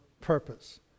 purpose